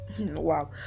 Wow